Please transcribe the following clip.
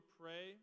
pray